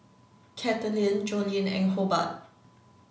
Katelin Joline and Hobart